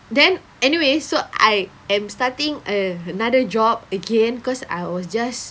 then anyways so I am starting a~ another job again cause I was just